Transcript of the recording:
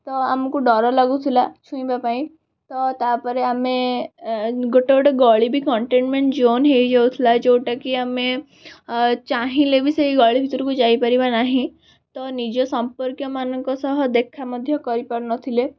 ତ ଆମକୁ ଡର ଲାଗୁଥିଲା ଛୁଇଁବା ପାଇଁ ତ ତା'ପରେ ଆମେ ଗୋଟେ ଗୋଟେ ଗଳି ବି କଣ୍ଟେନ୍ମେଣ୍ଟ୍ ଜୋନ୍ ହୋଇଯାଉଥିଲା ଯେଉଁଟାକି ଆମେ ଚାହିଁଲେ ବି ସେହି ଗଳି ଭିତରକୁ ଯାଇପାରିବା ନାହିଁ ତ ନିଜ ସମ୍ପର୍କୀୟମାନଙ୍କ ସହ ଦେଖା ମଧ୍ୟ କରିପାରୁନଥିଲେ